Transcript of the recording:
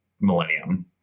millennium